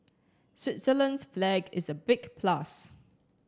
Switzerland's flag is a big plus